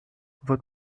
votre